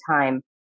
time